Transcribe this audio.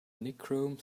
nichrome